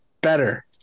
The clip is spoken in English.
Better